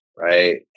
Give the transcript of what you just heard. right